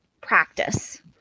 practice